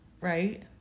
right